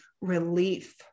Relief